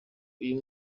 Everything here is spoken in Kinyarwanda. uyu